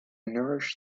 nourish